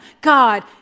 God